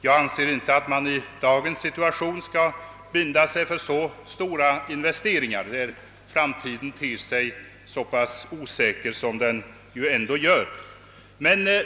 Jag anser det tveksamt om vi i dagens situation skulle binda oss för så stora investeringar, när framtiden ter sig så pass osäker.